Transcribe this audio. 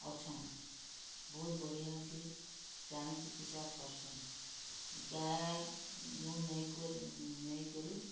ଅଛନ୍ ବହୁତ୍ ବଢ଼ିଆଥି ପ୍ରାଣୀ ଚିକିତ୍ସା କର୍ସନ୍ ଗାଏ ନୁ ନେଇକରି